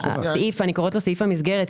שאני קוראת לו "סעיף המסגרת",